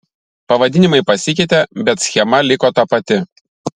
pavadinimai pasikeitė bet schema liko ta pati